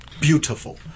beautiful